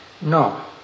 No